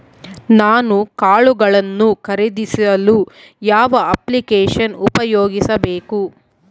ನಾನು ಕಾಳುಗಳನ್ನು ಖರೇದಿಸಲು ಯಾವ ಅಪ್ಲಿಕೇಶನ್ ಉಪಯೋಗಿಸಬೇಕು?